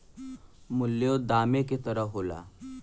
मूल्यों दामे क तरह होला